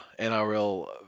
NRL